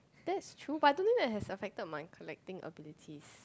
that's true but I don't think that has affected my collecting abilities